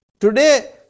Today